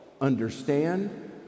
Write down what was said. understand